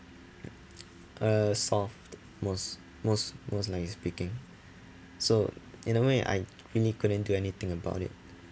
uh solved most most most likely speaking so in a way I really couldn't do anything about it